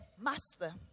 Master